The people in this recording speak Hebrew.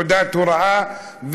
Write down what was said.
תעודת הוראה,